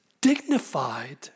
dignified